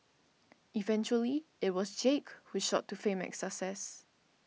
eventually it was Jake who shot to fame and success